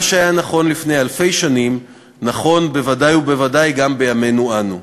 מה שהיה נכון לפני אלפי שנים נכון בוודאי ובוודאי גם בימינו אנו,